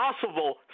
possible